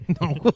No